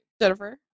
Jennifer